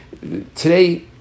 Today